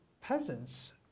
peasants